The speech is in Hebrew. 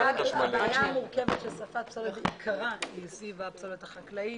בעיה מורכבת של שריפת פסולת היא סביב הפסולת החקלאית.